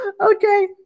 Okay